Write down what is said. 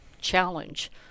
Challenge